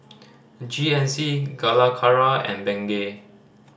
G N C Calacara and Bengay